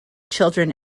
children